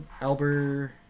Albert